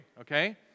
okay